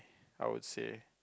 I would say